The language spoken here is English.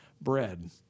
bread